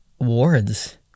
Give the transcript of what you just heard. awards